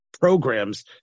programs